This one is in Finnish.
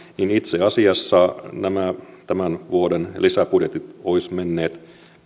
niin itse asiassa nämä tämän vuoden lisäbudjetit olisivat menneet